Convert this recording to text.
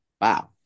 Wow